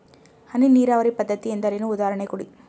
ಹನಿ ನೀರಾವರಿ ಪದ್ಧತಿ ಎಂದರೇನು, ಉದಾಹರಣೆ ಕೊಡಿ?